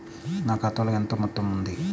నా ఖాతాలో ఎంత మొత్తం ఉంది?